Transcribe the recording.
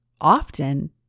often